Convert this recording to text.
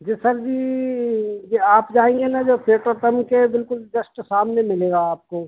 जी sir ji ये आप जाएँगे ना जो के बिल्कुल जस्ट सामने मिलेगा आपको